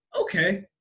okay